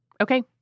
Okay